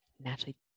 naturally